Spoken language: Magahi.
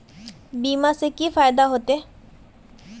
बीमा से की फायदा होते?